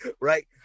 right